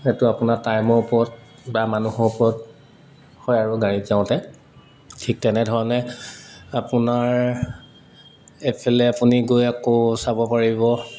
সেইটো আপোনাৰ টাইমৰ ওপৰত বা মানুহৰ ওপৰত হয় আৰু গাড়ীত যাওঁতে ঠিক তেনেধৰণে আপোনাৰ এইফালে আপুনি গৈ আকৌ চাব পাৰিব